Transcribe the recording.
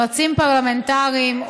יועצים פרלמנטריים,